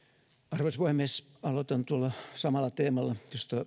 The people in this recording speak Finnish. arvoisa puhemies aloitan tuolla samalla teemalla josta